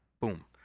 Boom